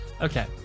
Okay